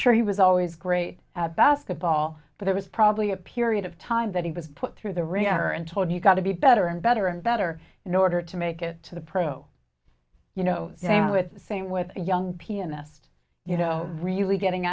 sure he was always great at basketball but it was probably a period of time that he was put through the reactor and told you got to be better and better and better in order to make it to the pro you know you know it's the same with a young pianist you know really getting